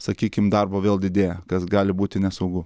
sakykim darbo vėl didėja kas gali būti nesaugu